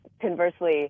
Conversely